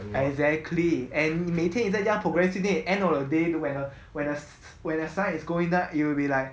exactly and 你可以在家 procrastinate end of the day when the when the sun is doing down you will be like